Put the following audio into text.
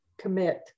commit